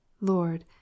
lord